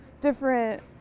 different